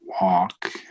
walk